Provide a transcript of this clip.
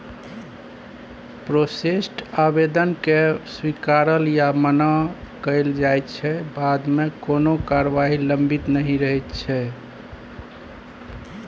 processed आबेदनकेँ स्वीकारल या मना कएल जाइ छै बादमे कोनो कारबाही लंबित नहि रहैत छै